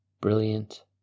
brilliant